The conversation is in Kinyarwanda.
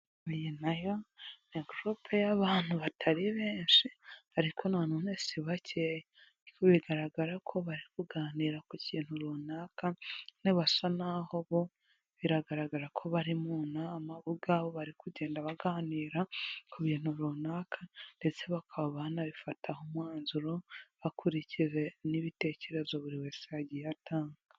Iyi nayo ni gurupe y'abantu batari benshi ariko na none si bakeya, bigaragara ko bari kuganira ku kintu runaka basa naho bo biragaragara ko bari mu na bo ubwaho bari kugenda baganira ku bintu runaka ndetse bakaba banabifata umwanzuro bakurikije n'ibitekerezo buri wese yagiye atanga.